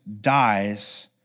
dies